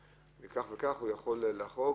בכך וכך הוא יכול לחרוג.